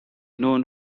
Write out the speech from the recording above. known